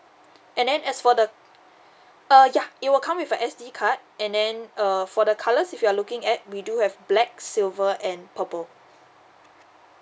and then as for the uh ya it will come with a S_D card and then err for the colours if you're looking at we do have black silver and purple